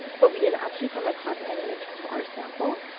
but we didn't actually come across any, in terms of our sample,